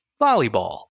volleyball